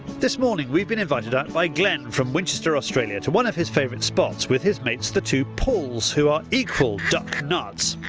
this morning we've been invited out by glen from winchester australia to one of this favourite spots with his mates the two pauls, who are equal duck nuts.